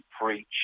preach